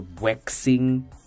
waxing